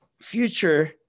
future